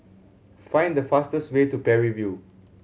find the fastest way to Parry View